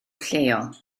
lleol